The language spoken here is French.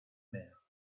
mer